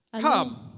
Come